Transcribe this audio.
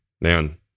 Man